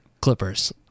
Clippers